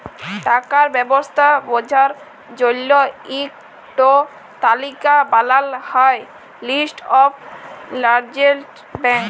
টাকার ব্যবস্থা বঝার জল্য ইক টো তালিকা বানাল হ্যয় লিস্ট অফ লার্জেস্ট ব্যাঙ্ক